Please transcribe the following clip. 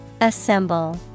Assemble